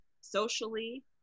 socially